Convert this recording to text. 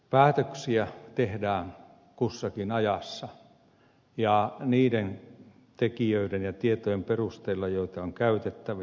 päätöksiä tehdään kussakin ajassa ja niiden tekijöiden ja tietojen perusteella joita on käytettävissä